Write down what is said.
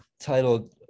titled